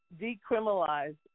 decriminalize